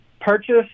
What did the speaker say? purchase